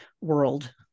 world